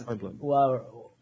wow